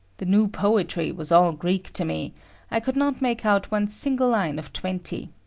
the new poetry was all greek to me i could not make out one single line of twenty.